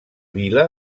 vila